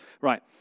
Right